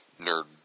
nerd